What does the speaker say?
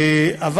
תנועות מאיימות.